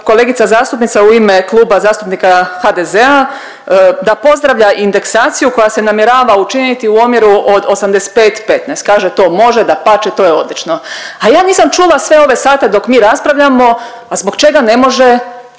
kolegica zastupnica u ime Kluba zastupnika HDZ-a da pozdravlja indeksaciju koja se namjerava učiniti u omjeru od 85 15, kaže to može dapače, to je odlično, a ja nisam čula sve ove sate dok mi raspravljamo, a zbog čega ne može